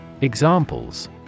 Examples